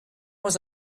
was